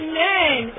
Amen